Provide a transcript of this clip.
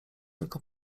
tylko